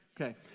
Okay